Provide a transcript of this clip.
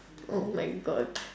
oh my god